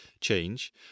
change